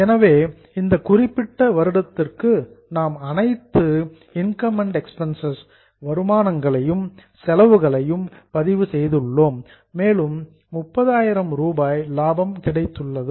எனவே இந்த குறிப்பிட்ட வருடத்திற்கு நாம் அனைத்து இன்கம்ஸ் அண்ட் எக்ஸ்பென்ஸ்சஸ் வருமானங்களையும் செலவுகளையும் பதிவு செய்துள்ளோம் மேலும் 30000 ரூபாய் லாபம் கிடைத்துள்ளது